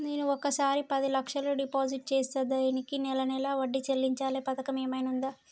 నేను ఒకేసారి పది లక్షలు డిపాజిట్ చేస్తా దీనికి నెల నెల వడ్డీ చెల్లించే పథకం ఏమైనుందా?